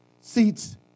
seats